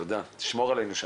תודה, תשמור עלינו שם.